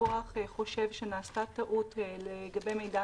שהלקוח חושב שנעשתה טעות לגבי מידע